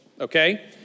okay